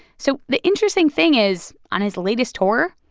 so the interesting thing is, on his latest tour,